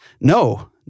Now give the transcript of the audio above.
No